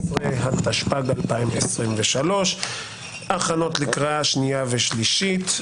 15), התשפ"ג 2023, הכנות לקריאה שנייה ושלישית.